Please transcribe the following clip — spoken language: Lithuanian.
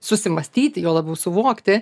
susimąstyti juo labiau suvokti